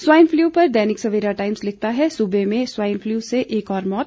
swine flu पर Dainik Savera Times लिखता है सूबे में स्वाइन फ्लू से एक और मौत